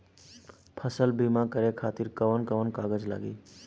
फसल बीमा करे खातिर कवन कवन कागज लागी?